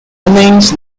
remains